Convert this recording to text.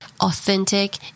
authentic